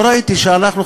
לא ראיתי שאנחנו,